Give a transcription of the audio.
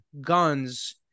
guns